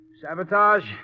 sabotage